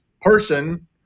person